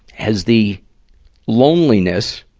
as the loneliness,